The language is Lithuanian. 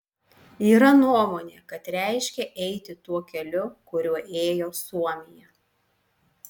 yra nuomonė kad reiškia eiti tuo keliu kuriuo ėjo suomija